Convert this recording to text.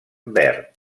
verd